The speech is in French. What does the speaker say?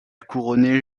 couronné